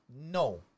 No